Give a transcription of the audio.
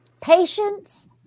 Patience